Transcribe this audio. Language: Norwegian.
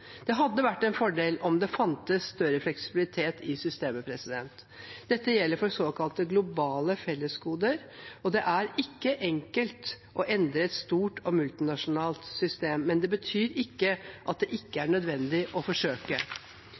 Det hadde vært en fordel om det fantes større fleksibilitet i systemet. Dette gjelder for såkalte globale fellesgoder. Det er ikke enkelt å endre et stort og multinasjonalt system, men det betyr ikke at det ikke er nødvendig å forsøke.